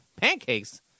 Pancakes